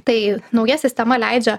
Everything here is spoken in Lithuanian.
tai nauja sistema leidžia